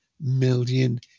million